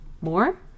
more